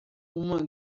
uma